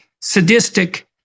sadistic